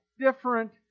different